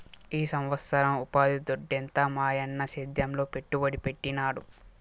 ఈ సంవత్సరం ఉపాధి దొడ్డెంత మాయన్న సేద్యంలో పెట్టుబడి పెట్టినాడు